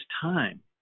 time